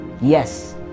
Yes